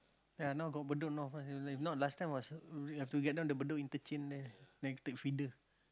ya now got Bedok North ah if not last time was we have to get down Bedok interchange there then take feeder